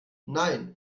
nein